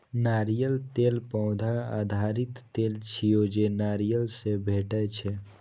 नारियल तेल पौधा आधारित तेल छियै, जे नारियल सं भेटै छै